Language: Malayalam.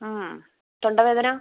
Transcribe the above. തൊണ്ട വേദന